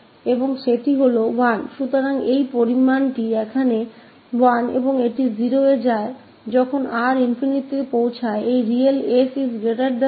तो यह 1 है और यह 0 की तरफ जा रहा है जब R ∞ की तरफ जरा है इस s0 की रियल वैल्यू के लिए